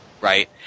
Right